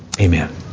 Amen